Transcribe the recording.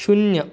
शून्य